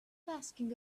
asking